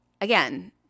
Again